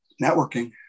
networking